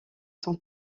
son